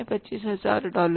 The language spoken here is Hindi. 25000 डॉलर